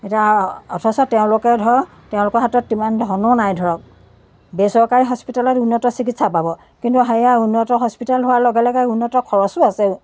এতিয়া অথচ তেওঁলোকে ধৰক তেওঁলোকৰ হাতত ইমান ধনো নাই ধৰক বেচৰকাৰী হস্পিতেলত উন্নত চিকিৎসা পাব কিন্তু সেয়া উন্নত হস্পিতেল হোৱাৰ লগে লগে উন্নত খৰচো আছে